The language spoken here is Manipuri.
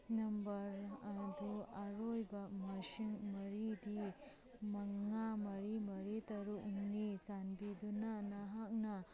ꯅꯝꯕꯔ ꯑꯗꯨ ꯑꯔꯣꯏꯕ ꯃꯁꯤꯡ ꯃꯔꯤꯗꯤ ꯃꯉꯥ ꯃꯔꯤ ꯃꯔꯤ ꯇꯔꯨꯛꯅꯤ ꯆꯥꯟꯕꯤꯗꯨꯅ ꯅꯍꯥꯛꯅ